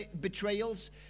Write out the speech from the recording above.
betrayals